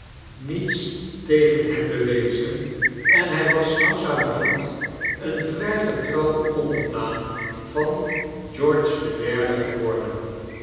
niets tegen hem bewezen en hy was langzamerhand een vry getrouw onderdaan van george iii geworden